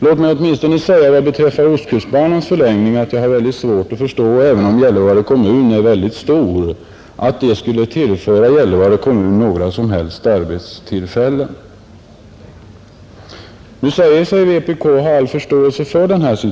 Låt mig åtminstone säga vad beträffar ostkustbanans förlängning att jag, även om Gällivare kommun är väldigt stor, har mycket svårt att förstå att detta skulle tillföra Gällivare kommun några som helst arbetstillfällen.